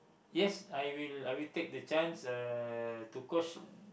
yes I will I will take the chance uh to coach